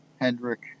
Hendrick